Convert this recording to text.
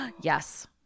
Yes